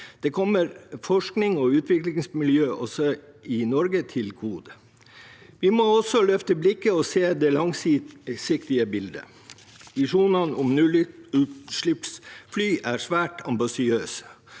Det kommer forsknings- og utviklingsmiljøer til gode også i Norge. Vi må også løfte blikket og se det langsiktige bildet. Visjonene om nullutslippsfly er svært ambisiøse.